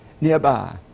nearby